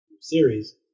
series